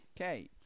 Okay